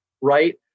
Right